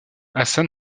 hasan